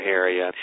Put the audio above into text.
area